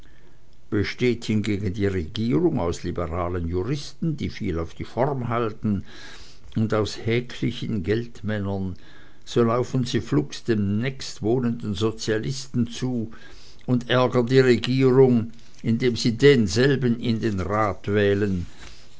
besteht hingegen die regierung aus liberalen juristen die viel auf die form halten und aus häklichen geldmännern so laufen sie flugs dem nächstwohnenden sozialisten zu und ärgern die regierung indem sie denselben in den rat wählen